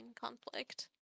conflict